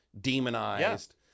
demonized